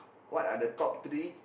what are the top three